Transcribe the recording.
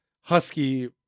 Husky